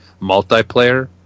multiplayer